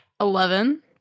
Eleven